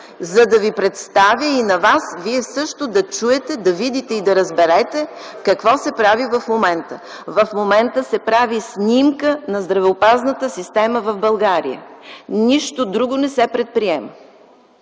за да Ви представя и Вие да чуете, видите и разберете какво се прави в момента. В момента се прави снимка на здравеопазната система в България, нищо друго не се предприема.